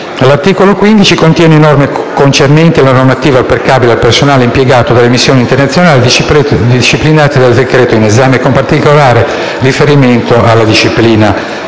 L'articolo 15 contiene norme concernenti la normativa applicabile al personale impiegato nelle missioni internazionali disciplinate dal decreto in esame, con particolare riferimento alla disciplina penalistica.